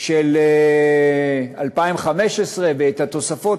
של 2015 ואת התוספות,